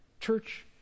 church